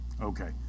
Okay